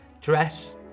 Dress